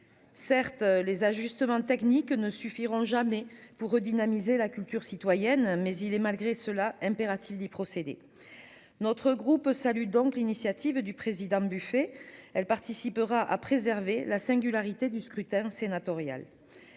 Certes les ajustements techniques ne suffiront jamais pour redynamiser la culture citoyenne mais il est malgré cela impératif d'y procéder. Notre groupe salue donc l'initiative du président buffet elle participera à préserver la singularité du scrutin sénatorial.